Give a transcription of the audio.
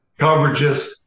coverages